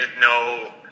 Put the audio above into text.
no